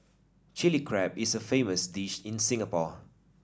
Chilli Crab is a famous dish in Singapore